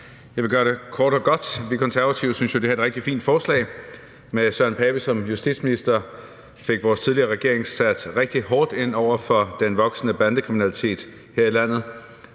Jeg vil gøre det kort og godt. Vi Konservative synes jo, det her er et rigtig fint forslag. Med Søren Pape som justitsminister fik vores tidligere regering sat rigtig hårdt ind over for den voksende bandekriminalitet her i landet.